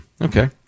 Okay